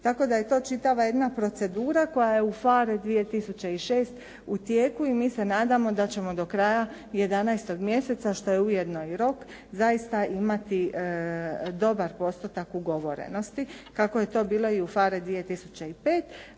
Tako da je to čitava jedna procedura koja je u PHARE 2006. u tijeku i mi se nadamo da ćemo do kraja 11. mjeseca, što je ujedno i rok, zaista imati dobar postotak ugovorenosti, kako je to bilo i u PHARE 2005.